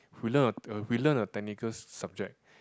we learn a uh we learn a technical sub~ subject